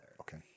Okay